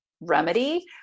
remedy